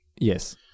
Yes